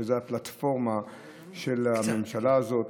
שזה הפלטפורמה של הממשלה הזאת.